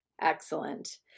Excellent